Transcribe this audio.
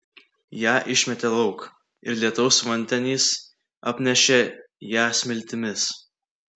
ją išmetė lauk ir lietaus vandenys apnešė ją smiltimis